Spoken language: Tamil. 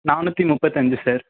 நானூற்றி முப்பத்தஞ்சு சார்